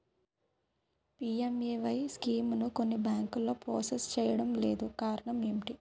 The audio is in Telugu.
పి.ఎం.ఎ.వై స్కీమును కొన్ని బ్యాంకులు ప్రాసెస్ చేయడం లేదు కారణం ఏమిటి?